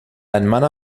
hermana